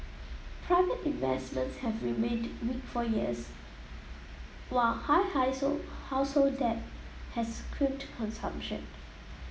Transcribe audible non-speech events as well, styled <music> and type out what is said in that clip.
private investments have remained weak for years while high <unintelligible> household debt has crimped consumption